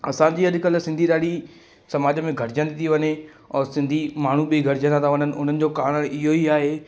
असांजी अॼुकल्ह सिंधी ॾाढी समाज में घटिजंदी थी वञे और सिंधी माण्हू बि घटिजंदा था वञनि उन्हनि जो कारणु इहो ई आहे